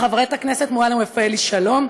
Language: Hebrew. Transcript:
חברת הכנסת מועלם-רפאלי שלום,